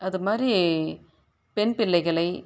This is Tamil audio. அது மாதிரி பெண் பிள்ளைகளை